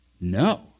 No